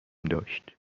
داشت